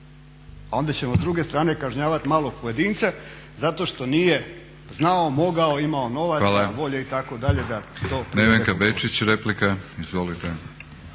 a onda ćemo s druge strane kažnjavati malog pojedinca zato što nije znao, mogao, imao novaca, volje itd.